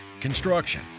construction